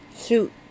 shoot